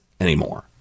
anymore